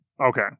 Okay